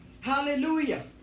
Hallelujah